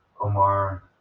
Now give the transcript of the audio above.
Omar